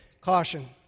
Caution